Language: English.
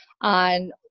on